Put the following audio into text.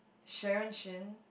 Sharon-Shin